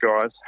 guys